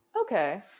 Okay